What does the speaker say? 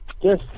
yes